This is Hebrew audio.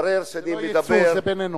מתברר שאני מדבר, זה לא יצור, זה בן-אנוש.